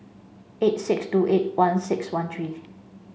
eight six two eight one six one three